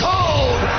Cold